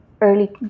early